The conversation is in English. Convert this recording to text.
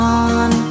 on